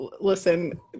listen